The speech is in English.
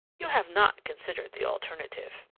you have not considered the alternative.